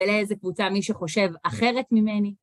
אלא איזה קבוצה, מי שחושב אחרת ממני.